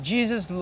Jesus